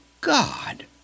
God